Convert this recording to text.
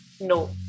No